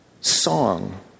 song